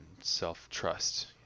self-trust